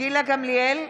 גילה גמליאל,